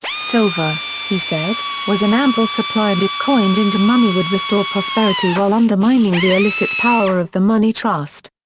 silver, he said, was in ample supply and if coined into money would restore prosperity while undermining the illicit power of the money trust.